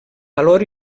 valor